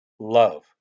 Love